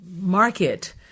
market